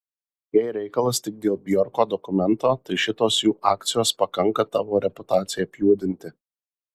jei reikalas tik dėl bjorko dokumento tai šitos jų akcijos pakanka tavo reputacijai apjuodinti